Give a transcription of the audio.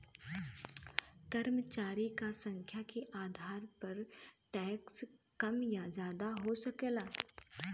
कर्मचारी क संख्या के आधार पर टैक्स कम या जादा हो सकला